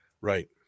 Right